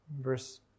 verse